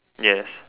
yes